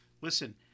listen –